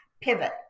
pivot